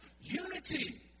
unity